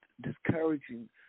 discouraging